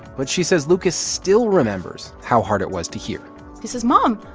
but she says lucas still remembers how hard it was to hear he says, mom,